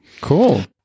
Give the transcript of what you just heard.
Cool